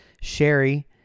Sherry